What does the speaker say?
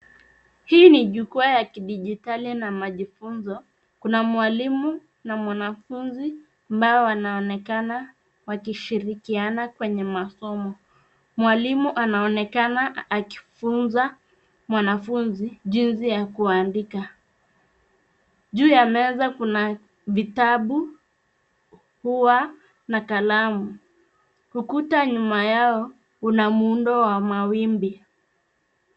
Hii ni jukwaa ya kidijitali na majifunzo, kuna mwalimu na mwanafunzi ambao wanaonekana wakishirikiana kwenye masomo. Mwalimu anaonekana akifunza mwanafunzi jinsi ya kuandika. Juu ya meza kuna vitabu, ua na kalamu. Ukuta nyuma yao, una muundo wa mawimbi.